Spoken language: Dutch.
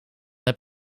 heb